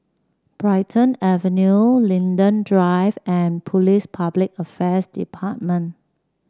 Brighton Avenue Linden Drive and Police Public Affairs Department